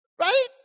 Right